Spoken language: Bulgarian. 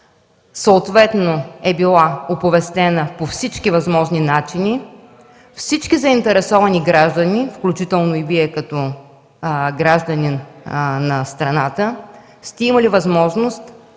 съответно е било оповестено по всички възможни начини. Всички заинтересовани граждани, включително Вие, като граждани на страната, сте имали възможност